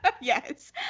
Yes